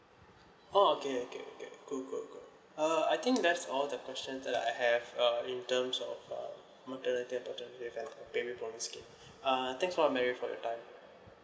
oh okay okay okay good good good uh I think that's all the questions that I have uh in terms of um maternity paternity leave and baby bonus scheme uh thanks for mary for your time